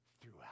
throughout